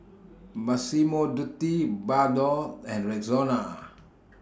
Massimo Dutti Bardot and Rexona